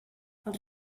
els